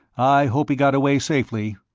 i hope he got away safely.